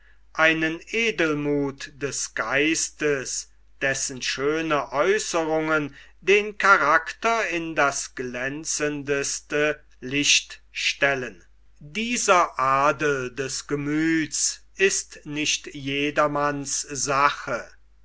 einen edelmuth des geistes dessen schöne aeußerungen den karakter in das glänzendeste licht stellen dieser adel des gemüths ist nicht jedermanns sache